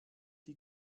die